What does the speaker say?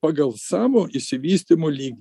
pagal savo išsivystymo lygį